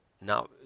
Now